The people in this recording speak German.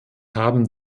haben